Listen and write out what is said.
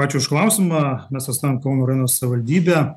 ačiū už klausimą mes atstovaujam kauno rajono savivaldybę